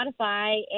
Spotify